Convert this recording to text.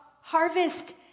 Harvest